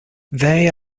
they